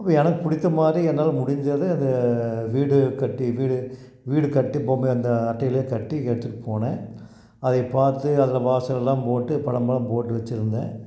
அப்போ எனக்கு பிடித்தமாதிரி என்னால் முடிஞ்சதை அந்த வீடு கட்டி வீடு வீடு கட்டி பொம்மை அந்த அட்டையிலேயே கட்டி எடுத்துட்டுப் போனேன் அதைப் பார்த்து அதில் வாசல்லாம் போட்டு படமெல்லாம் போட்டு வச்சுருந்தேன்